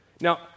Now